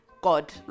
God